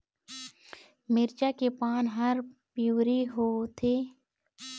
मिरचा के पान हर पिवरी होवथे?